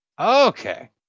Okay